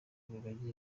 rugagi